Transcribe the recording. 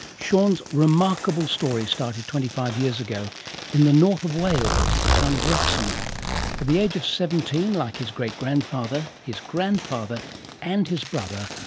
shaun's remarkable story started twenty five years ago in the north wales town of wrexham. at the age of seventeen, like his great grandfather, his grandfather and his brother,